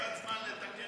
צריך קצת זמן לתקן.